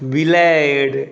बिलाड़ि